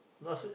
not s~